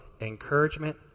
encouragement